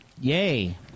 Yay